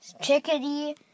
chickadee